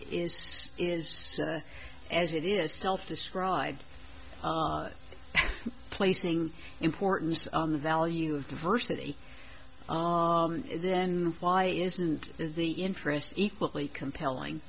mission is as it is self described placing importance on the value of diversity then why isn't the interest equally compelling